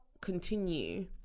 continue